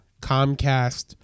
Comcast